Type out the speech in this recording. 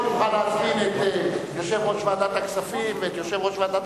שתוכל להזמין את יושב-ראש ועדת הכספים ואת יושב-ראש ועדת